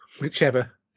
whichever